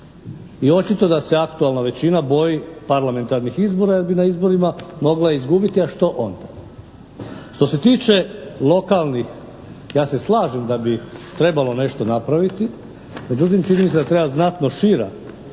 i očito da se aktualna većina boji parlamentarnih izbora jer bi na izborima mogla izgubiti, a što onda? Što se tiče lokalnih, ja se slažem da bi trebalo nešto napraviti međutim činjenica da treba znatno šira.